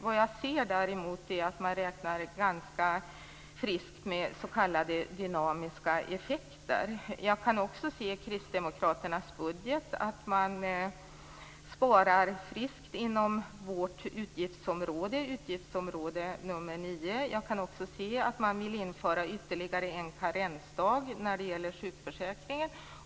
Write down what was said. Vad jag däremot ser i Kristdemokraternas budget är att man räknar ganska friskt med s.k. dynamiska effekter. Jag kan se att man sparar friskt inom vårt utgiftsområde, nr 9. Jag kan också se att man vill införa ytterligare en karensdag när det gäller sjukförsäkringen.